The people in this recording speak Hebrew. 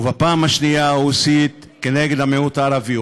ובפעם השנייה הוא הסית כנגד המיעוט הערבי,